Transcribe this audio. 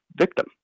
victim